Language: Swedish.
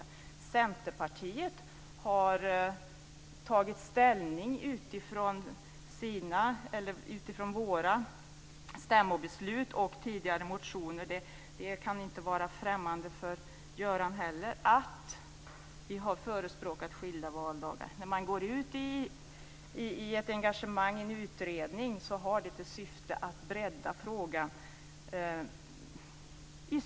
Vi i Centerpartiet har tagit ställning utifrån våra stämmobeslut och tidigare motioner. Det kan inte vara främmande för Göran Magnusson att vi har förespråkat skilda valdagar. Man engagerar sig och föreslår en utredning, och det har till syfte att bredda frågan.